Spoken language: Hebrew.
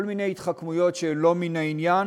כל מיני התחכמויות שלא מן העניין.